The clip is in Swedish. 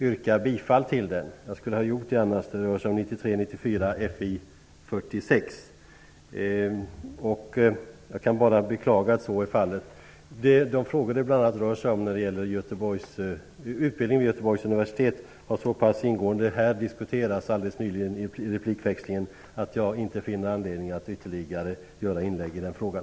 Jag skulle annars ha gjort det. Det rör sig om motion 1993/94:Fi46. Jag kan bara beklaga att så är fallet. Den fråga det bl.a. rör sig om är utbildningen vid Göteborgs universitet. Den har diskuterats så pass ingående alldeles nyligen i replikväxlingen att jag inte finner anledning att göra ytterligare inlägg i den frågan.